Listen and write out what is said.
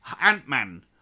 Ant-Man